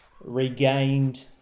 regained